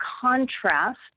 contrast